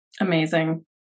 Amazing